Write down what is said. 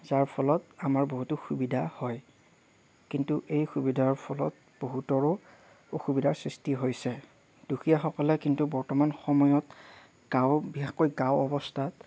যাৰ ফলত আমাৰ বহুতো সুবিধা হয় কিন্তু এই সুবিধাৰ ফলত বহুতৰো অসুবিধাৰ সৃষ্টি হৈছে দুখীয়াসকলে কিন্তু বৰ্তমান সময়ত গাঁও বিশেষকৈ গাঁও অৱস্থাত